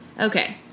Okay